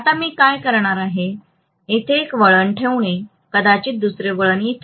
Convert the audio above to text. आता मी काय करणार आहे येथे एक वळण ठेवणे कदाचित दुसरे वळण येथे